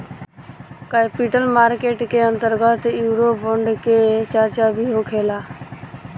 capital market के अंतर्गत eurobond के चार्चा भी होखेला